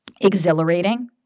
exhilarating